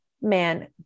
man